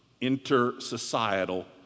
inter-societal